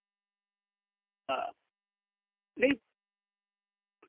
हां नेईं